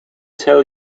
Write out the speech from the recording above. tell